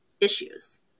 issues